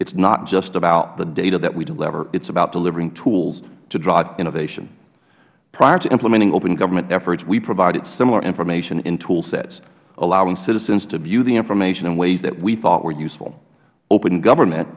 is not just about the data that we deliver it is about delivering tools to drive innovation prior to implementing open government efforts we provided similar information and tool sets allowing citizens to view the information in ways that we thought were useful open government